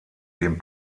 den